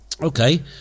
okay